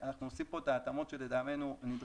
אנחנו עושים כאן את ההתאמות שלטעמנו הן נדרשות,